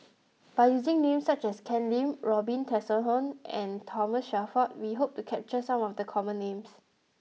by using names such as Ken Lim Robin Tessensohn and Thomas Shelford we hope to capture some of the common names